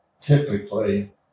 typically